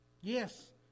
Yes